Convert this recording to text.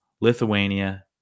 Lithuania